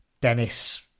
Dennis